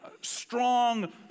strong